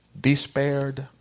despaired